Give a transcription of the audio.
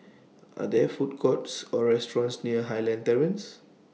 Are There Food Courts Or restaurants near Highland Terrace